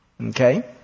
Okay